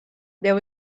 there